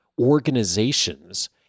organizations